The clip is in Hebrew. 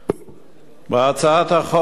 בהצעת החוק, בעיות.